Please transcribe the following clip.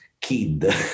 kid